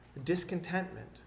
Discontentment